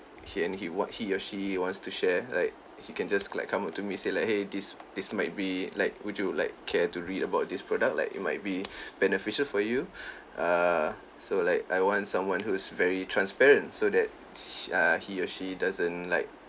he and he what he or she wants to share like he can just like come up to me say like !hey! this this might be like would you like care to read about this product like it might be beneficial for you err so like I want someone who's very transparent so that sh~ uh he or she doesn't like